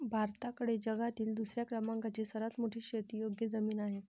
भारताकडे जगातील दुसऱ्या क्रमांकाची सर्वात मोठी शेतीयोग्य जमीन आहे